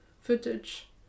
footage